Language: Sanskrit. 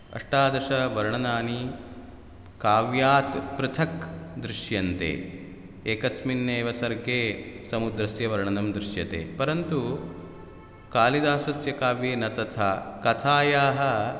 अष्टादशवर्णनानि काव्यात् पृथक् दृश्यन्ते एकस्मिन्नेव सर्गे समुद्रस्य वर्णनं दृश्यते परन्तु कालिदासस्य काव्ये न तथा कथायाः